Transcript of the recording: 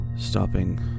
...stopping